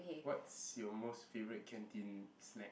what's your most favorite canteen snack